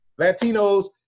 Latinos